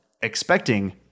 expecting